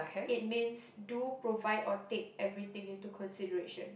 it means do provide or take everything into consideration